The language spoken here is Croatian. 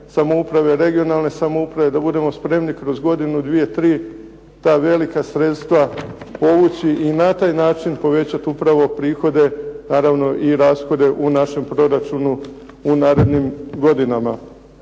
regionalne samouprave, da budemo spremni kroz godinu, dvije, tri ta velika sredstva povući i na taj način povećat upravo prihode, naravno i rashode u našem proračunu u narednim godinama.